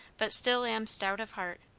but still am stout of heart.